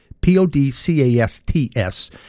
P-O-D-C-A-S-T-S